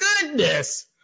goodness